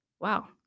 wow